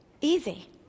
Easy